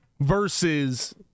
versus